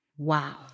Wow